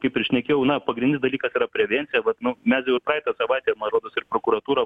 kaip ir šnekėjau na pagrindinis dalykas yra prevencija vat nu mes jau ir praeitą savaitę man rodos ir prokuratūra